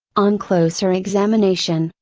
on closer examination,